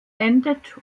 endet